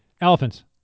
elephants